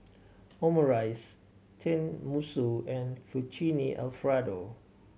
Omurice Tenmusu and Fettuccine Alfredo